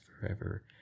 forever